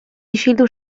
isildu